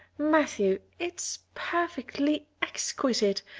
matthew, it's perfectly exquisite.